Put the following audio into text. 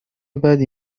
بدی